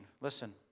Listen